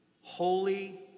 Holy